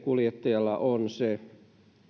kuljettajalla on se